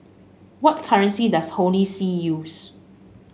what currency does Holy See use